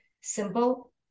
simple